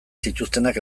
zituztenak